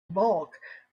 bulk